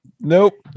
Nope